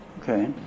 Okay